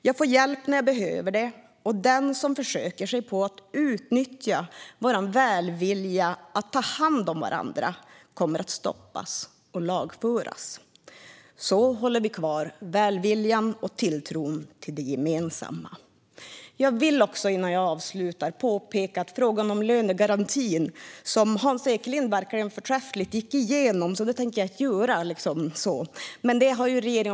Jag får hjälp när jag behöver det, och den som försöker sig på att utnyttja vår välvilja att ta hand om varandra kommer att stoppas och lagföras. Så håller vi kvar välviljan och tilltron till det gemensamma. Innan jag avslutar mitt anförande vill jag nämna frågan om lönegarantin. Den gick Hans Eklind förträffligt igenom, så det tänker jag inte göra.